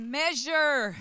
measure